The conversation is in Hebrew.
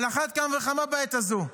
על אחת כמה וכמה בעת הזו.